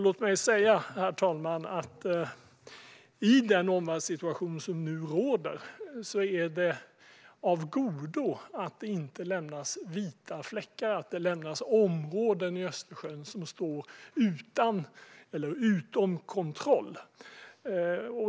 Låt mig säga att i den omvärldssituation som nu råder är det av godo att det inte lämnas vita fläckar, områden i Östersjön som står utan eller utom kontroll.